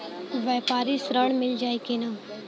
व्यापारी ऋण मिल जाई कि ना?